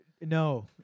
No